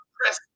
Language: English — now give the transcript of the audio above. press